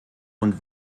und